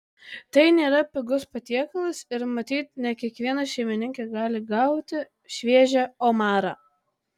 tai nėra pigus patiekalas ir matyt ne kiekviena šeimininkė gali gauti šviežią omarą